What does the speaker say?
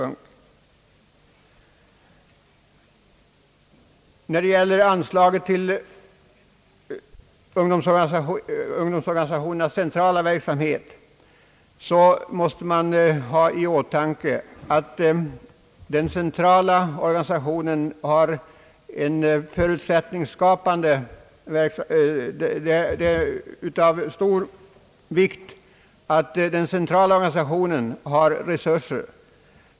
När det gäller anslaget till ungdomsorganisationernas verksamhet måste man ha i åtanke, att det är av stor vikt att den centrala organisationen har resurser.